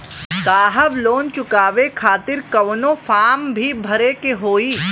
साहब लोन चुकावे खातिर कवनो फार्म भी भरे के होइ?